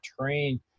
train